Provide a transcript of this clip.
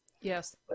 Yes